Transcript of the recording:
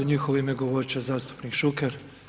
U njihovo ime govorit će zastupnik Šuker.